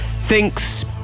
thinks